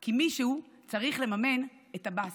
כי מישהו צריך לממן את עבאס,